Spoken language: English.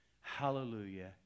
hallelujah